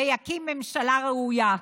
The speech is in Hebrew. ויקים ממשלה ראויה.